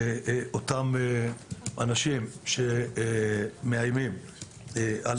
אותם אנשים שמאיימים על נשותיהם.